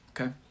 okay